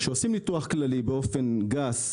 כשעושים ניתוח כללי באופן גס,